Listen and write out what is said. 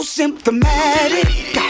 symptomatic